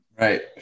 right